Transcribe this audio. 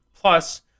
plus